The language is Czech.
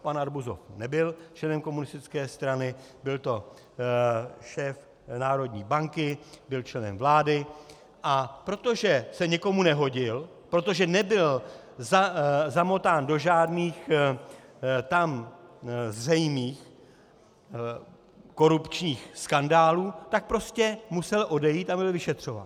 Pan Arbuzov nebyl členem komunistické strany, byl to šéf Národní banky, byl členem vlády, a protože se někomu nehodil, protože nebyl zamotán do žádných tam zřejmých korupčních skandálů, tak prostě musel odejít a byl vyšetřován.